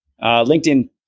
LinkedIn